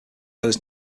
those